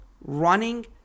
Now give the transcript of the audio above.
running